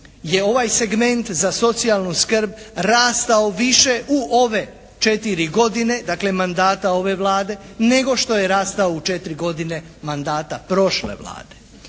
je ovaj segment za socijalnu skrb rastao više u ove 4 godine dakle mandata ove Vlade nego što je rastao u 4 godine mandata prošle Vlade.